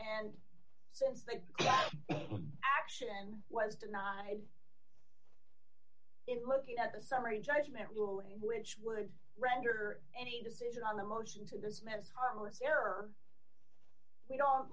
and since the action was denied in looking at the summary judgment ruling which would render any decision on the motion to dismiss as harmless error we